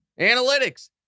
analytics